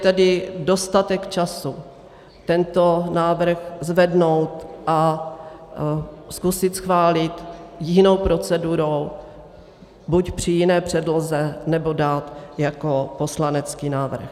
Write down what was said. Je tedy dostatek času tento návrh zvednout a zkusit schválit jinou procedurou, buď při jiné předloze, nebo dát jako poslanecký návrh.